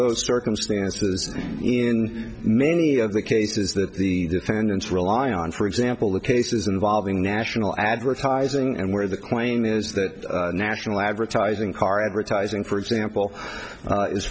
those circumstances in many of the cases that the defendants rely on for example the cases involving national advertising and where the claim is that national advertising car advertising for example